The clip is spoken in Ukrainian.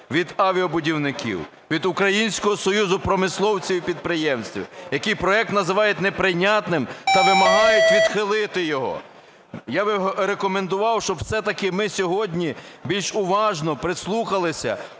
від авіабудівників, від Українського союзу промисловців і підприємців, які проект називають неприйнятним та вимагають відхилити його. Я би рекомендував, щоб все-таки ми сьогодні більш уважно прислухалися,